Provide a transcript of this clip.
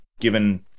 given